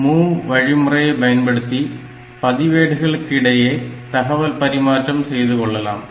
MOV வழிமுறையை பயன்படுத்தி பதிவேடுகளுக்கு இடையே தகவல் பரிமாற்றம் செய்து கொள்ளலாம்